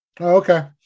Okay